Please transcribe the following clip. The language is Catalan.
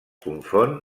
confon